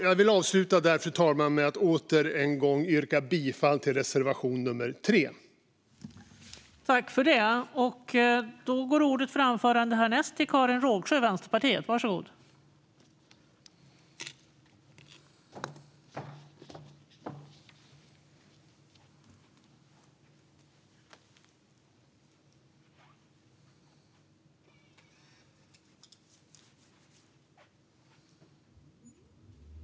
Jag vill avsluta med att än en gång yrka bifall till reservation nummer 3, fru talman.